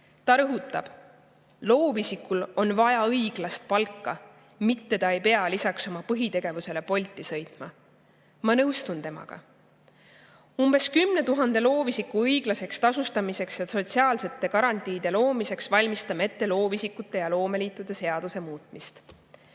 Ta rõhutab: "[...] loovisikul on vaja õiglast palka, ja mitte ta ei pea lisaks oma põhitegevusele Bolti sõitma." Ma nõustun temaga. Umbes 10 000 loovisiku õiglaseks tasustamiseks ja sotsiaalsete garantiide loomiseks valmistame ette loovisikute ja loomeliitude seaduse muutmist.